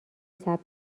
ثبت